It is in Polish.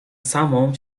samą